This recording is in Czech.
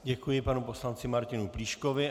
Děkuji panu poslanci Martinu Plíškovi.